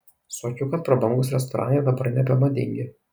suokiu kad prabangūs restoranai dabar nebemadingi